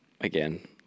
again